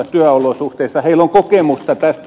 heillä on kokemusta tästä